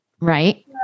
right